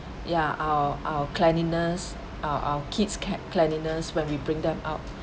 ya our our cleanliness our our kids c~cleanliness when we bring them out